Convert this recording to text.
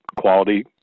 quality